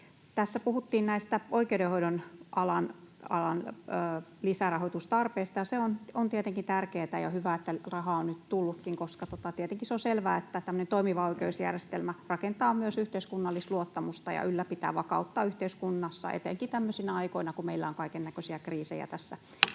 Tässä puhuttiin oikeudenhoidon alan lisärahoitustarpeesta, ja se on tietenkin tärkeätä ja hyvä, että rahaa on nyt tullutkin, koska tietenkin se on selvää, että tämmöinen toimiva oikeusjärjestelmä rakentaa myös yhteiskunnallista luottamusta ja ylläpitää vakautta yhteiskunnassa, etenkin tämmöisinä aikoina, kun meillä on kaikennäköisiä kriisejä tässä olemassa.